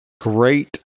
Great